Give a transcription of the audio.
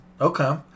Okay